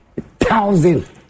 thousand